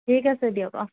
ঠিক আছে দিয়ক অঁহ